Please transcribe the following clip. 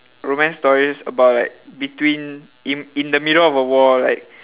romance stories about like between in in the middle of a war like